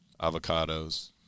avocados